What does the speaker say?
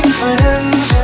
friends